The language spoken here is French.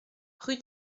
rue